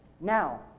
Now